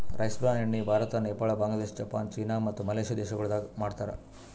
rice bran ಎಣ್ಣಿ Bharat, Nepal, Bangladesh, Japan, China ಮತ್ತ Malaysia ದೇಶಗೊಳ್ದಾಗ್ ಮಾಡ್ತಾರ್